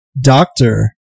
Doctor